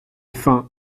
faim